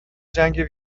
جنگ